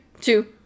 two